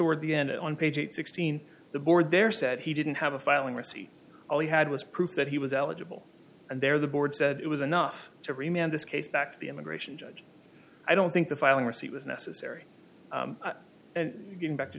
toward the end on page sixteen the board there said he didn't have a filing receipt all he had was proof that he was eligible and there the board said it was enough to remain on this case back to the immigration judge i don't think the filing receipt was necessary and getting back to